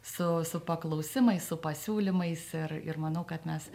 su su paklausimais su pasiūlymais ir ir manau kad mes